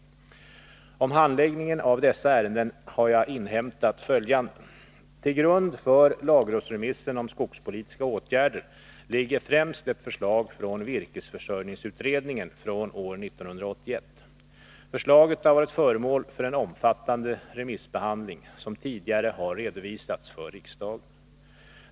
Om handläggningen av dessa ärenden har jag inhämtat följande. Till grund för lagrådsremissen om skogspolitiska åtgärder ligger främst ett förslag från virkesförsörjningsutredningen från år 1981. Förslaget har varit föremål för en omfattande remissbehandling, som tidigare har redovisats för riksdagen.